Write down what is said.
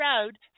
Road